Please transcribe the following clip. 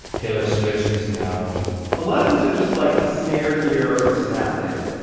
taylor swift's recent album a lot of these are just, like, a snare here or a snap there.